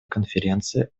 конференции